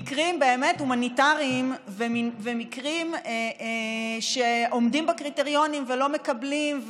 יש מקרים באמת הומניטריים ומקרים שעומדים בקריטריונים ולא מקבלים,